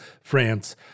France